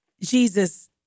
Jesus